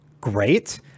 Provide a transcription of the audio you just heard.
great